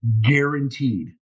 Guaranteed